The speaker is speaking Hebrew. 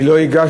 אני לא הגשתי,